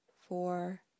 four